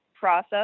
Process